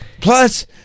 Plus